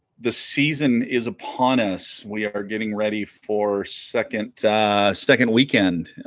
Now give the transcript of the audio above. the season is upon us we are getting ready for second second weekend